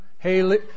Hey